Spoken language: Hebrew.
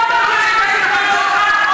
לא הפלגנות בסגנון שלך.